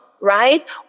Right